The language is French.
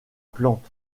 plante